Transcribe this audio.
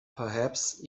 perhaps